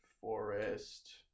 Forest